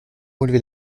relever